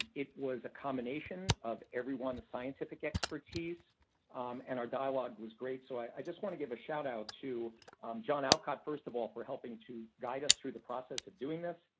it was a combination of everyone-the scientific expertise and our dialogue was great. so, i just want to give a shout out to john aucott, first of all, for helping to guide us through the process of doing this.